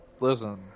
Listen